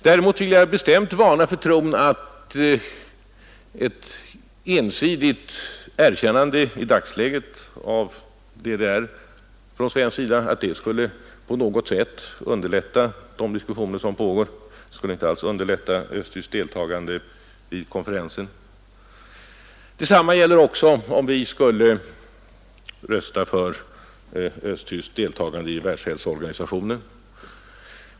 Jag vill bestämt varna för tron att ett ensidigt erkännande i dagsläget av DDR från svensk sida på något sätt skulle underlätta de diskussioner som pågår. Det skulle inte alls underlätta ett östtyskt deltagande i konferensen. Detsamma gäller om vi skulle rösta för östtyskt deltagande i Världshälsoorganisationen.